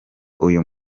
uyu